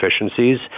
efficiencies